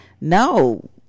no